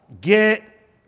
Get